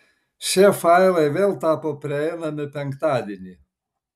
šie failai vėl tapo prieinami penktadienį